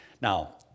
Now